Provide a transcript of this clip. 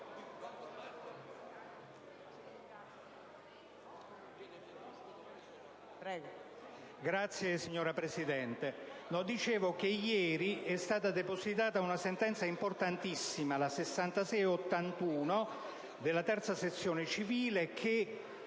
Grazie, signor Presidente.